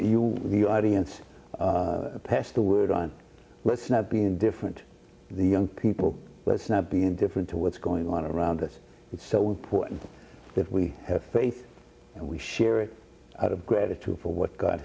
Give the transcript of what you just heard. the audience pass the word on let's not be indifferent the young people let's not be indifferent to what's going on around us it's so important that we have faith and we share it out of gratitude for what god